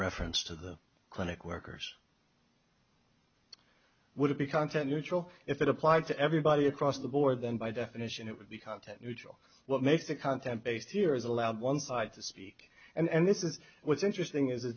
reference to the clinic workers would be content neutral if it applied to everybody across the board then by definition it would be content neutral what makes a content based here is allowed one side to speak and this is what's interesting is the